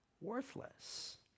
worthless